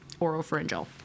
oropharyngeal